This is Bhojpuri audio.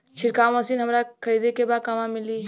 छिरकाव मशिन हमरा खरीदे के बा कहवा मिली?